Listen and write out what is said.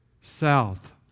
south